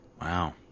Wow